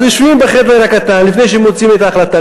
אז יושבים בחדר הקטן לפני שמוציאים את ההחלטה,